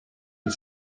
had